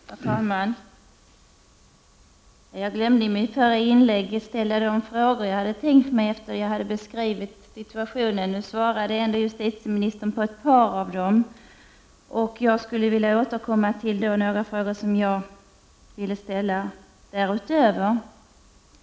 Herr talman! Jag glömde i mitt förra inlägg att ställa de frågor som jag hade tänkt ställa sedan jag beskrivit situationen. Nu gav justitieministern ändå svar på ett par av dem. Jag vill återkomma till de frågor som jag ville ställa därutöver.